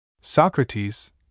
Socrates